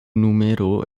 numero